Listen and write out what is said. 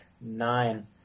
nine